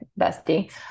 bestie